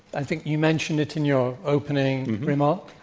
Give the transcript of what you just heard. i think you mentioned it in your opening remark.